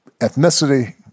ethnicity